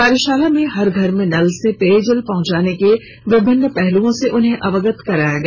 कार्यशाला में हर घर में नल से पेयजल पहुंचाने के विभिन्न पहलूओं से उन्हें अवगत कराया गया